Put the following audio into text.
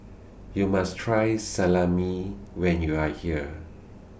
YOU must Try Salami when YOU Are here